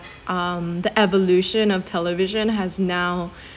um the evolution of television has now